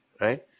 Right